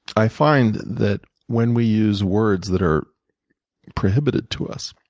i find that when we use words that are prohibited to us,